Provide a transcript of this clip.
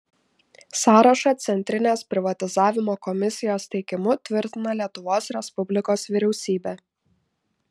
sąrašą centrinės privatizavimo komisijos teikimu tvirtina lietuvos respublikos vyriausybė